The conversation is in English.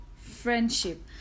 friendship